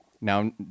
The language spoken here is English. Now